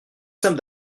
simple